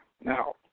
Now